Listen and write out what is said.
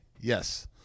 yes